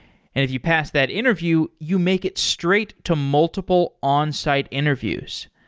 if you pass that interview, you make it straight to multiple onsite interviews.